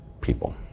people